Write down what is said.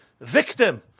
victim